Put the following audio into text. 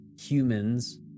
humans